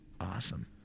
awesome